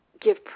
give